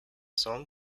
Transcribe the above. song